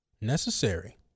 necessary